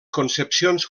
concepcions